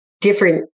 different